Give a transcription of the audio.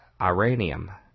Iranium